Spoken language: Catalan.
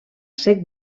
cec